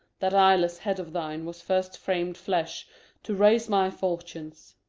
that eyeless head of thine was first fram'd flesh to raise my fortunes.